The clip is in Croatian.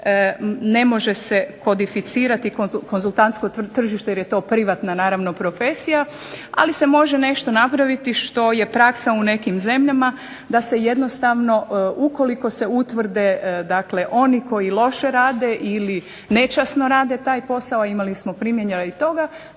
ne može se kodificirati konzultantsko tržište jer je to privatna naravno profesija, ali se može nešto napraviti što je praksa u nekim zemljama, da se jednostavno utvrde dakle oni koji loše rade ili nečasno rade taj posao, da se napravi jedna